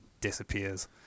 disappears